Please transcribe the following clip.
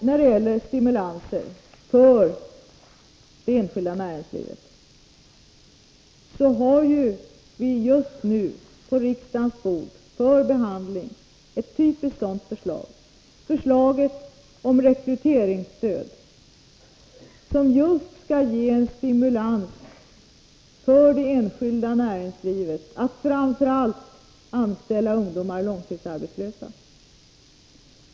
När det gäller stimulans för det enskilda näringslivet har vi just nu på riksdagens bord för behandling ett typiskt sådant förslag: förslaget om rekryteringsstöd som just skall ge en stimulans för det enskilda näringslivet att framför allt anställa ungdomar och långtidsarbetslösa.